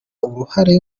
uruhare